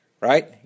right